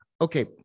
Okay